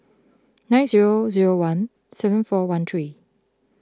nine zero zero one seven four one three